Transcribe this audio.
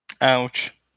Ouch